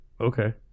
okay